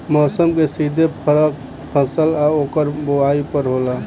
मौसम के सीधे फरक फसल आ ओकर बोवाई पर होला